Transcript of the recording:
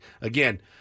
Again